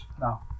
No